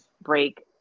break